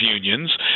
unions